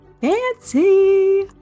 fancy